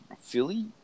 Philly